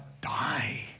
die